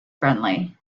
friendly